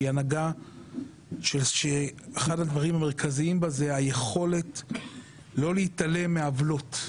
שהיא הנהגה שאחד הדברים המרכזיים בה זה היכולת לא להתעלם מעוולות.